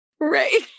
Right